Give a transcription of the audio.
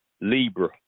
Libra